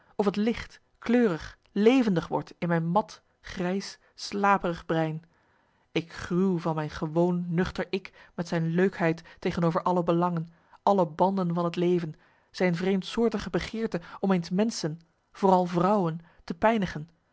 of het licht kleurig levendig wordt in mijn mat grijs slaperig brein ik gruw van mijn gewoon nuchter ik met zijn leukheid tegenover alle belangen alle banden van het leven zijn vreemdsoortige begeerte om eens marcellus emants een nagelaten bekentenis menschen vooral vrouwen te pijnigen